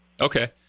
Okay